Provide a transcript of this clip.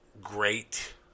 great